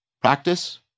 practice